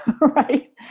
right